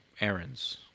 errands